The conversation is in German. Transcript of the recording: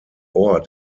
ort